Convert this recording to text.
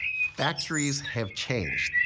factories have changed.